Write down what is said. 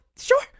Sure